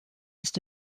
ist